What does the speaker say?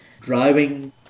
driving